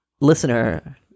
listener